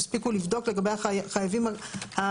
תספיקו לבדוק לגבי החברים הקיימים,